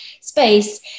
space